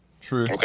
True